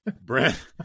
brent